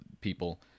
people